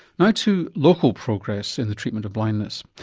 you know to local progress in the treatment of blindness.